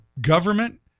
government